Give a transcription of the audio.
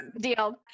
Deal